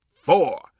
four